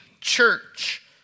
church